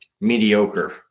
mediocre